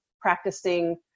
practicing